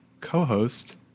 co-host